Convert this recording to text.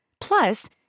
Plus